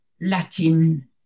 Latin